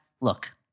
look